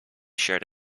shared